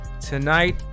Tonight